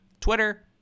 Twitter